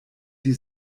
die